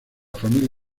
familia